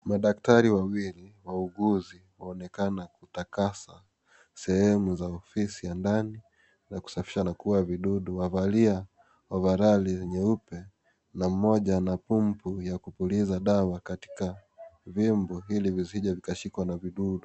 Daktari wawili wauguzi wanaonekana kuyakatasa sehemu ya ofisi ya ndani na kusafisha na kuuwa vidudu, wamevalia ovarali nyeupe ,na mmoja ana pumpu ya kupuliza dawa katika vyombo, ili visije vikashikwa na vidudu.